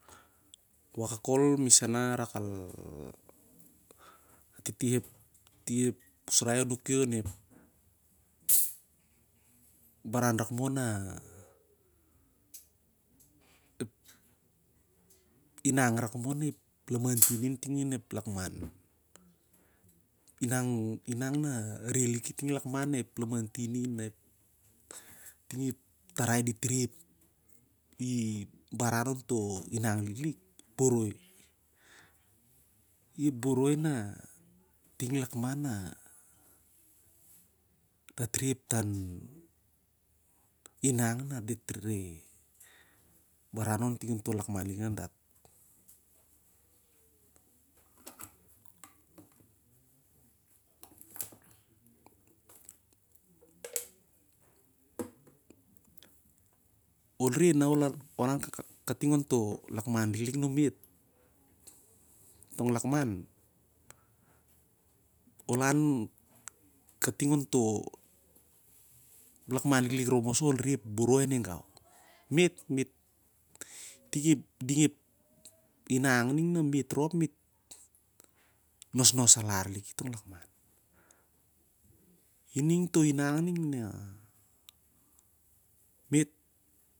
Wakak kol misa na a rak al tihtih in ep usrai nuk i onep baran rak moh na ep innang rak moh ra ep lamating in ting onep lakman innang na re liki ting lakman ep lamantin ting ep tarai dit re ip i baran on to inang rop liklik ep boroi, im boroi na ting lakman dat re ep tan inang na dit re re baran liklik ting on to inang, ol re na on toh lakman liklik anu met tong lakman ol lan kaitng on to lakman liklik ol re ep boroi a nigau.